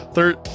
Third